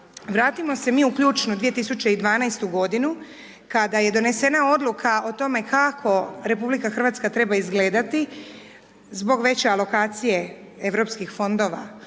vratimo se mi u ključnu 2012.-tu godinu kada je donesena odluka o tome kako RH treba izgledati zbog veće alokacije Europskih fondova